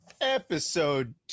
Episode